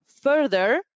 further